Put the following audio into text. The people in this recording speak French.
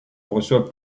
reçoit